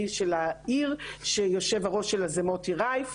של העיר שיושב הראש שלה זה מוטי רייף,